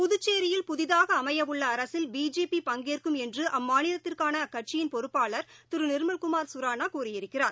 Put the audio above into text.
புதுச்சேரியில் புதிதாகஅமையவுள்ளஅரசில் பிஜேபி பங்கேற்கும் என்றுஅம்மாநிலத்திற்கானஅக்கட்சியின் பொறுப்பாளர் திருநிர்மல் குமார் சுரானாகூறியிருக்கிறார்